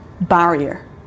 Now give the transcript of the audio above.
barrier